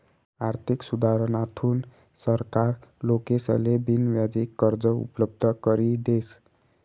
आर्थिक सुधारणाथून सरकार लोकेसले बिनव्याजी कर्ज उपलब्ध करी देस